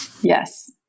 Yes